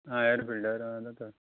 आं air filter आं जाता